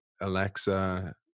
Alexa